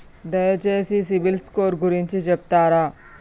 దయచేసి CIBIL score గురించి చెప్తరా?